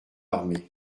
armée